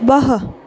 वह